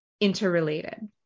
interrelated